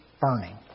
burning